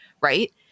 right